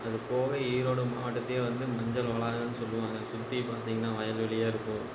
அதுப்போக ஈரோடு மாவட்டத்தையே வந்து மஞ்சள் வளாகம்னு சொல்லுவாங்க சுற்றிப் பார்த்திங்கனா வயல்வெளியாக இருக்கும்